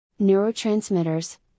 Neurotransmitters